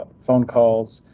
ah phone calls,